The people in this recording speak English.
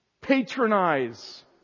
patronize